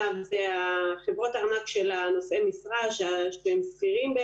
ההיבט של חברות ארנק של נושאי המשרה שהם שכירים,